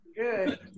Good